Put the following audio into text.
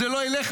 זה לא ילך,